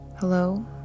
Hello